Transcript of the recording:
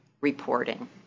reporting